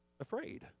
afraid